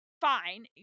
fine